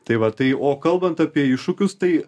tai va tai o kalbant apie iššūkius tai